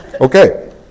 Okay